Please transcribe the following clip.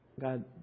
God